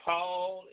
Paul